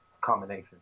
combination